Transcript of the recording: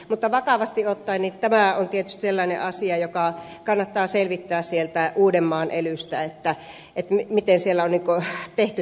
mutta vakavasti ottaen tämä on tietysti sellainen asia joka kannattaa selvittää sieltä uudenmaan elystä miten siellä on tehty tämä asia